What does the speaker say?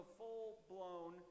full-blown